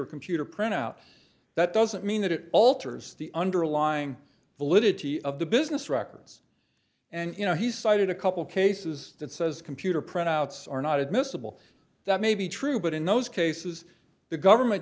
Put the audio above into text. or computer printout that doesn't mean that it alters the underlying validity of the business records and you know he cited a couple cases that says computer printouts are not admissible that may be true but in those cases the government